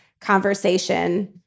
conversation